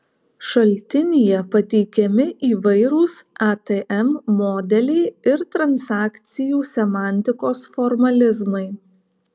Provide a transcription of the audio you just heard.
šaltinyje pateikiami įvairūs atm modeliai ir transakcijų semantikos formalizmai